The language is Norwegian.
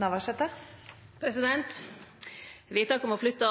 Navarsete – til oppfølgingsspørsmål. Vedtaket om å flytte